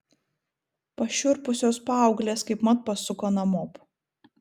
pašiurpusios paauglės kaipmat pasuko namop